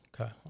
Okay